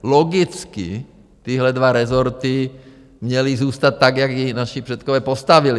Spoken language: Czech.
Logicky tyhle dva rezorty měly zůstat tak, jak je naši předkové postavili.